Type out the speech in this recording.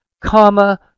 comma